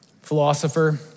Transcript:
philosopher